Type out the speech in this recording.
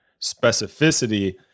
specificity